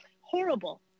horrible